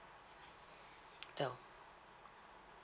hotel